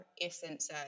essence